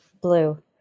Blue